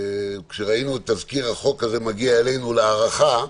כשראינו את תזכיר החוק הזה מגיע אלינו להארכה,